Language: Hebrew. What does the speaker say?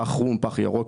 פח חום ופח ירוק,